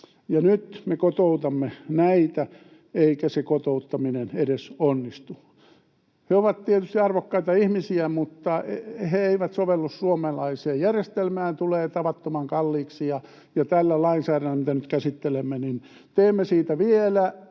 nyt me kotoutamme näitä, eikä se kotouttaminen edes onnistu. He ovat tietysti arvokkaita ihmisiä, mutta he eivät sovellu suomalaiseen järjestelmään. Tulee tavattoman kalliiksi, ja tällä lainsäädännöllä, mitä nyt käsittelemme, teemme siitä vielä